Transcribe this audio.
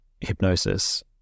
hypnosis